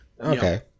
Okay